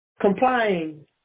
complying